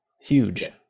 Huge